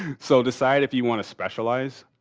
so, decide if you want to specialize.